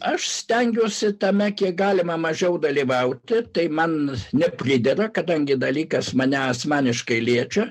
aš stengiuosi tame kiek galima mažiau dalyvauti tai man neprideda kadangi dalykas mane asmeniškai liečia